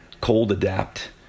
cold-adapt